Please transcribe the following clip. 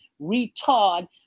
retard